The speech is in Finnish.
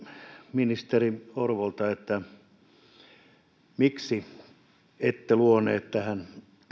ministeri orpolta miksi ette luoneet tähän